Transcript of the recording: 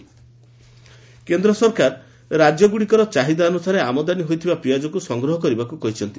centre onion କେନ୍ଦ୍ର ସରକାର ରାଜ୍ୟଗୁଡ଼ିକର ଚାହିଦା ଅନୁସାରେ ଆମଦାନୀ ହୋଇଥିବା ପିଆଜକୁ ସଂଗ୍ରହ କରିବାକୁ କହିଛନ୍ତି